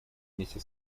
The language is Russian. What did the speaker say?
вместе